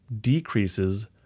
decreases